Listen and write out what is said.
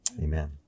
Amen